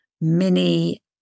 mini